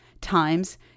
times